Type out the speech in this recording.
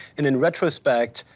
and in retrospect,